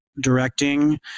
directing